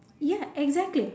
ya exactly